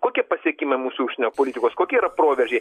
kokie pasiekimai mūsų užsienio politikos kokie yra proveržiai